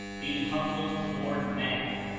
be humble to ward men,